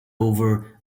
over